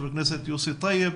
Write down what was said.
חבר הכנסת יוסי טייב